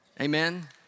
Amen